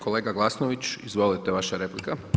Kolega Glasnović, izvolite vaša replika.